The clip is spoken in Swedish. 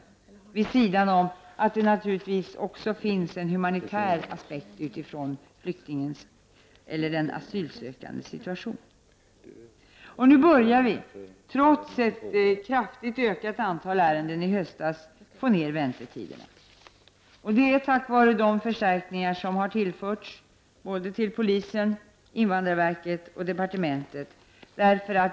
Detta vid sidan om att det naturligtvis också finns en humanitär aspekt utifrån flyktingens eller den asylsökandes situation. Nu börjar vi, trots ett kraftigt ökat antal ärenden i höstas, få ner väntetiderna. Det är tack vare de förstärkningar som har tillförts polisen, invandrarverket och departementet.